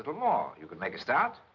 but more. you could make a start.